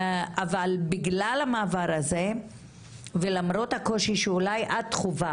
אבל בגלל המעבר הזה ולמרות הקושי שאולי את חווה